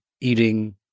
eating